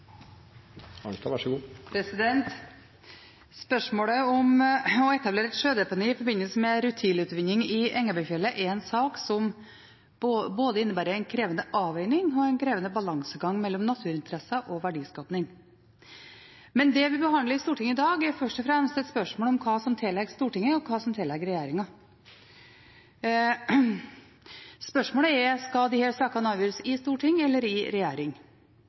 Spørsmålet om å etablere et sjødeponi i forbindelse med rutilutvinning i Engebøfjellet er en sak som både innebærer en krevende avveining og en krevende balansegang mellom naturinteresser og verdiskaping. Det vi behandler i Stortinget i dag, er først og fremst et spørsmål om hva som tilligger Stortinget, og hva som tilligger regjeringen. Spørsmålet er: Skal disse sakene avgjøres i storting eller i regjering?